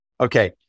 Okay